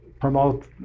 promote